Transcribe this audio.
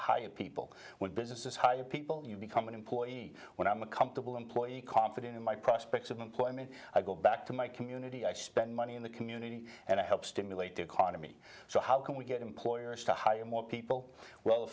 hire people with businesses hire people you become an employee when i'm comfortable employee confident in my prospects of employment i go back to my community i spend money in the community and i help stimulate the economy so how can we get employers to hire more people well